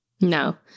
No